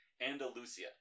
Andalusia